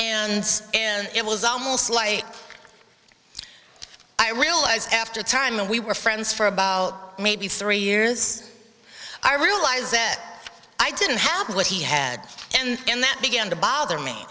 it and it was almost like i realized after a time when we were friends for about maybe three years i realized that i didn't have what he had and that began to bother me